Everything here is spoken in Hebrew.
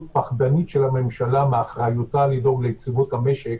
פחדנית של הממשלה מאחריותה לדאוג ליציבות המשק